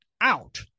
out